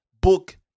book